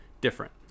different